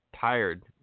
tired